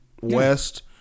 west